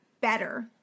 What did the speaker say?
better